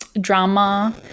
drama